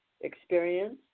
experience